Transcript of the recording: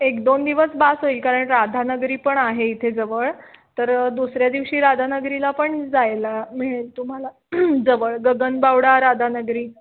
एक दोन दिवस बस होईल कारण राधानगरी पण आहे इथे जवळ तर दुसऱ्या दिवशी राधानगरीला पण जायला मिळेल तुम्हाला जवळ गगनबावडा राधानगरी